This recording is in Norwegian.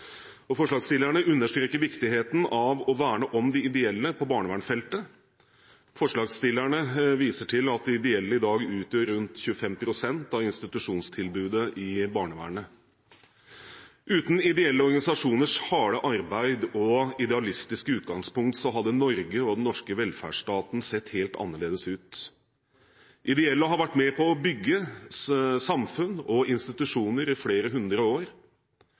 barnevernet. Forslagsstillerne understreker viktigheten av å verne om de ideelle på barnevernsfeltet. Forslagsstillerne viser til at de ideelle i dag står for rundt 25 pst. av institusjonstilbudet i barnevernet. Uten ideelle organisasjoners harde arbeid og idealistiske utgangspunkt hadde Norge og den norske velferdsstaten sett helt annerledes ut. Ideelle har vært med på å bygge samfunn og institusjoner i flere hundre år,